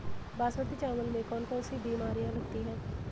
बासमती चावल में कौन कौन सी बीमारियां लगती हैं?